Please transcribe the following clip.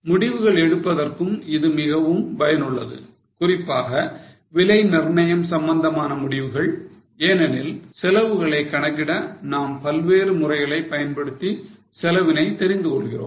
முடிவுகள் எடுப்பதற்கும் இது மிகவும் பயனுள்ளது குறிப்பாக விலை நிர்ணயம் சம்பந்தமான முடிவுகள் ஏனெனில் செலவுகளை கணக்கிட நாம் பல்வேறு முறைகளை பயன்படுத்தி செலவினை தெரிந்துகொள்கிறோம்